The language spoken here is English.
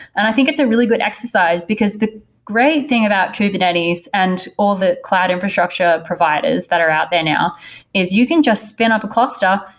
and i think it's a really good exercise, because the great thing about kubernetes and all the cloud infrastructure providers that are out there now is you can just spin up a cluster.